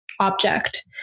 object